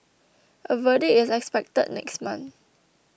a verdict is expected next month